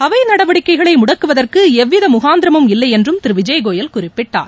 அவை நடவடிக்கைகளை முடக்குவதற்கு எவ்வித முகாந்திரமும் இல்லையென்றும் திரு விஜய் கோயல் குறிப்பிட்டார்